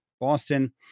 Boston